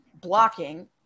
blocking